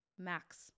Max